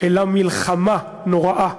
אלא מלחמה נוראה.